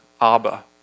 Abba